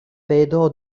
pedro